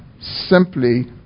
simply